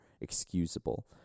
excusable